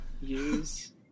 use